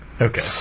Okay